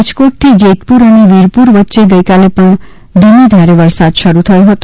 રાજકોટથી જેતપુર અને વીરપુર વચ્ચે ગઇકાલે પણ ધીમી ધારે વરસાદ શરૂ થયો હતો